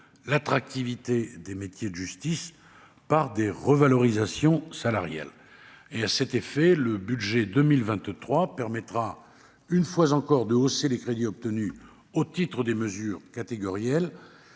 l'attractivité des métiers de la justice par des revalorisations salariales. À cet effet, le budget 2023 permettra, une fois encore, d'augmenter les crédits alloués au titre des mesures catégorielles,